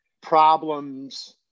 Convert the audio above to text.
problems